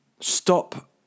stop